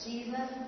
Jesus